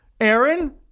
Aaron